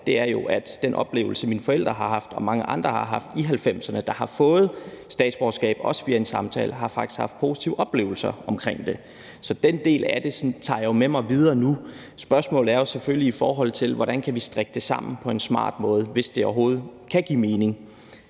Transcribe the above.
er jo, at den oplevelse, mine forældre og mange andre, der har fået statsborgerskab, også via samtale, i 1990'erne, har haft, faktisk har været positiv. Så den del af det tager jeg jo sådan med mig videre nu. Spørgsmålet er jo selvfølgelig, hvordan vi kan strikke det sammen på en smart måde, hvis det overhovedet kan give mening.